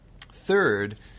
Third